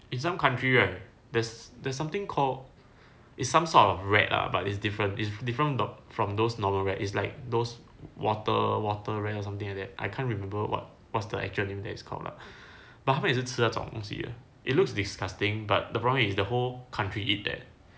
in some country right there's there's something called it's some sort of rat lah but it's different it's different tho~ from those normal rat it's like those water water rat or something like that I can't remember what what's the actual name that is called lah but 他们吃那种东西的 it looks disgusting but the problem is the whole country eat that